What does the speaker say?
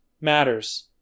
matters